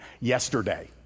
Yesterday